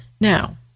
Now